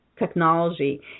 technology